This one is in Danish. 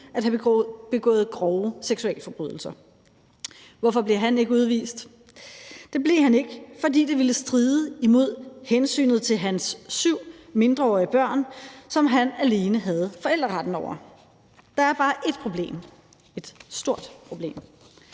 at have begået grove seksualforbrydelser. Hvorfor blev han ikke udvist? Det blev han ikke, fordi det ville stride imod hensynet til hans syv mindreårige børn, som han alene havde forældreretten over. Der er bare ét problem, et stort problem.